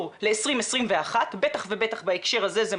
בעובדה שאנחנו